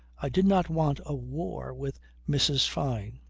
i did not want a war with mrs. fyne.